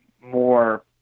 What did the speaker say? more